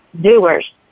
Doers